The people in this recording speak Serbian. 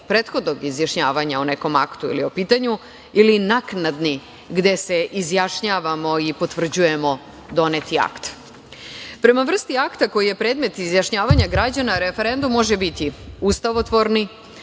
prethodnog izjašnjavanja o nekom aktu ili o pitanju, ili naknadni, gde se izjašnjavamo i potvrđujemo doneti akt. Prema vrsti akta koji je predmet izjašnjavanja građana, referendum može biti ustavotvorni,